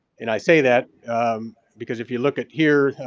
and i say that because if you look at here,